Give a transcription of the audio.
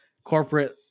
Corporate